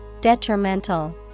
detrimental